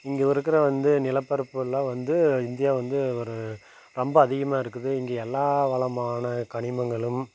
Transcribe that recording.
இங்கே இருக்கிற வந்து நிலப்பரப்புயெல்லாம் வந்து இந்தியா வந்து ஒரு ரொம்ப அதிகமாக இருக்குது இங்கே எல்லா வளமான கனிமங்களும்